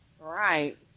Right